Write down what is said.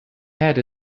had